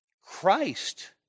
Christ